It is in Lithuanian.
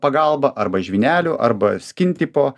pagalba arba žvynelių arba skin tipo